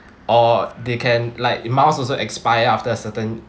or they can like miles also expire after a certain